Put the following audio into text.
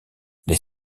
les